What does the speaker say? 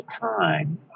time